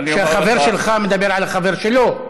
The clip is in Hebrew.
שהחבר שלך מדבר על החבר שלו,